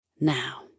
Now